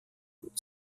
und